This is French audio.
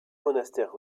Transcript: monastère